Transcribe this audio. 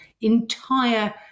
entire